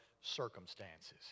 circumstances